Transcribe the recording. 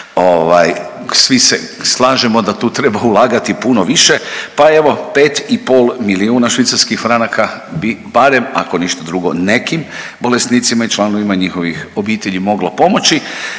svi se slažemo da tu treba ulagati puno više pa evo 5,5 milijuna švicarskih franaka bi barem ako ništa drugo nekim bolesnicima i članovima njihovih obitelji moglo pomoći.